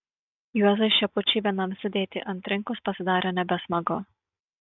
juozui šepučiui vienam sėdėti ant trinkos pasidarė nebesmagu